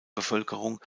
bevölkerung